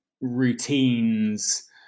routines